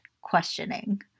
questioning